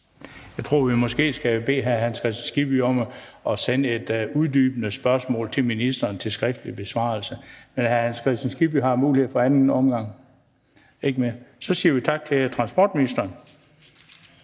Jeg tror, vi måske skal bede hr. Hans Kristian Skibby om at sende et uddybende spørgsmål til ministeren til skriftlig besvarelse. Men hr. Hans Kristian Skibby har mulighed for at få ordet i anden omgang. Det ønsker han ikke. Så siger vi tak til transportministeren.